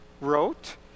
wrote